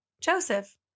Joseph